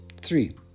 Three